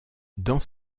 dans